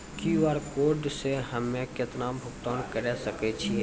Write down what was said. QR code से हम्मय केतना भुगतान करे सके छियै?